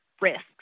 risks